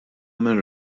min